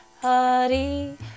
Hari